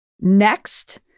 Next